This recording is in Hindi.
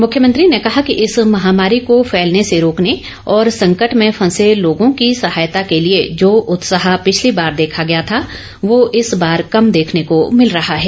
मुख्यमंत्री ने कहा कि इस महामारी को फैलने से रोकने और संकट में फंसे लोगों की सहायता के लिए जो उत्साह पिछली बार देखा गया था वह इस बार कम देखने का भिल रहा है